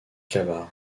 cavard